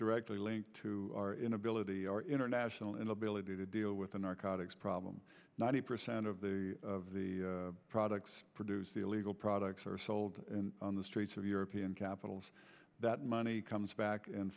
directly linked to our inability our international inability to deal with the narcotics problem ninety percent of the products produce the illegal products are sold on the streets of european capitals that money comes back